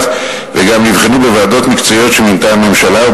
וגם נבחנו בוועדות מקצועיות שמינתה הממשלה,